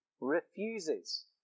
refuses